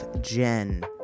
Jen